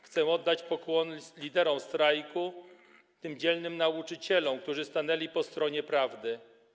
Chcę oddać pokłon liderom strajku, tym dzielnym nauczycielom, którzy stanęli po stronie prawdy.